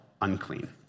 unclean